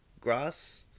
grass